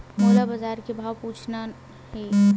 मोला बजार के भाव पूछना हे?